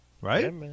Right